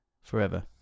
forever